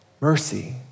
Mercy